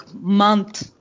month